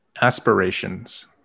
aspirations